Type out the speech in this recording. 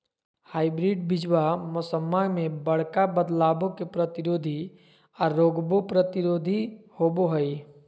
hybrid बीजावा मौसम्मा मे बडका बदलाबो के प्रतिरोधी आ रोगबो प्रतिरोधी होबो हई